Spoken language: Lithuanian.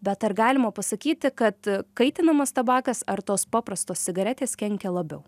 bet ar galima pasakyti kad kaitinamas tabakas ar tos paprastos cigaretės kenkia labiau